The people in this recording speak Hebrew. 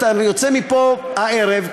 אתה יוצא מפה הערב,